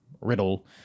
Riddle